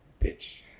bitch